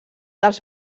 dels